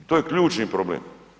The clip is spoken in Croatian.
To je ključni problem.